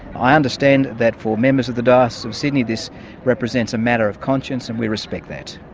i understand that for members of the diocese of sydney this represents a matter of conscience and we respect that.